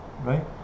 right